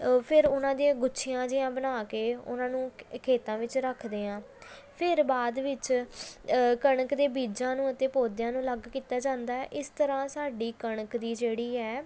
ਫਿਰ ਉਨ੍ਹਾਂ ਦੀਆਂ ਗੁੱਛੀਆਂ ਜਿਹੀਆਂ ਬਣਾ ਕੇ ਉਨ੍ਹਾਂ ਨੂੰ ਖੇਤਾਂ ਵਿੱਚ ਰੱਖਦੇ ਹਾਂ ਫਿਰ ਬਾਅਦ ਵਿੱਚ ਕਣਕ ਦੇ ਬੀਜਾਂ ਨੂੰ ਅਤੇ ਪੌਦਿਆਂ ਨੂੰ ਅਲੱਗ ਕੀਤਾ ਜਾਂਦਾ ਹੈ ਇਸ ਤਰ੍ਹਾਂ ਸਾਡੀ ਕਣਕ ਦੀ ਜਿਹੜੀ ਹੈ